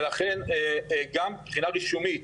ולכן גם מבחינה רישומית,